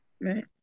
Right